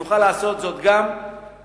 שנוכל לעשות זאת גם לפריפריה,